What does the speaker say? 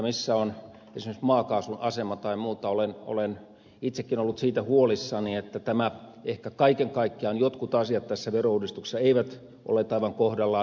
missä on esimerkiksi maakaasun asema tai muuta siitä olen itsekin ollut huolissani niin että ehkä kaiken kaikkiaan jotkut asiat tässä verouudistuksessa eivät olleet aivan kohdallaan